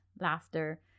laughter